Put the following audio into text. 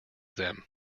them